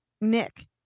Nick